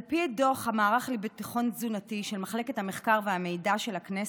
על פי דוח המערך לביטחון תזונתי של מרכז המחקר והמידע של הכנסת,